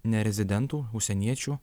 nerezidentų užsieniečių